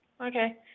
Okay